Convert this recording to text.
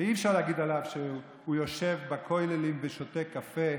אי-אפשר להגיד עליו שהוא יושב בכוללים ושותה קפה,